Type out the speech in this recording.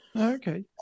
okay